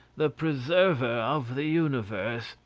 the preserver of the universe,